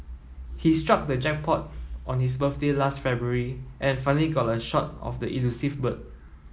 he struck the jackpot on his birthday last February and finally got a shot of the elusive bird